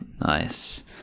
Nice